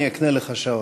אני אקנה לך שעון.